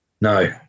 No